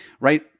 right